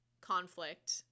conflict